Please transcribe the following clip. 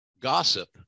gossip